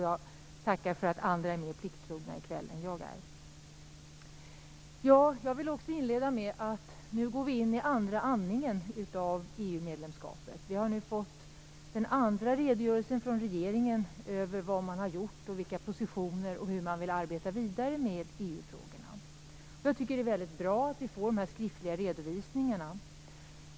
Jag tackar för att andra är mer plikttrogna i kväll än jag är. Jag vill inleda med att säga att vi nu går in i andra andningen av EU-medlemskapet. Vi har fått den andra redogörelsen från regeringen över vad man har gjort och vilka positioner man tagit och hur man vill arbeta vidare med EU-frågorna. Jag tycker att det är väldigt bra att vi får dessa skriftliga redovisningar.